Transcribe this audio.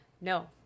No